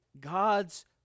God's